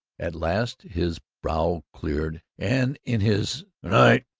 at last his brow cleared, and in his gnight!